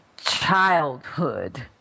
childhood